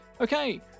Okay